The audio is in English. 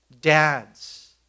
dads